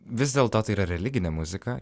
vis dėlto tai yra religinė muzika